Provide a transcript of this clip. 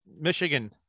Michigan